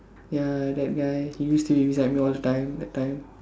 ya that guy he used to be beside me all the time that time